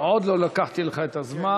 עוד לא לקחתי לך את הזמן.